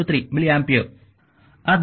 3 milli ampere